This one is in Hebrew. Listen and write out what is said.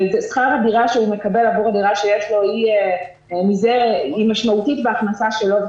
ושכר הדירה שהוא מקבל עבור הדירה שיש לו היא משמעותית בהכנסה שלו,